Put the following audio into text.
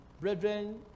brethren